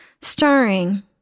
starring